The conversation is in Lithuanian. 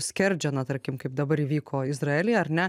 skerdžia na tarkim kaip dabar įvyko izraely ar ne